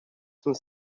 some